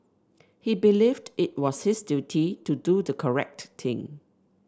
he believed it was his duty to do the correct thing